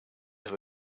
are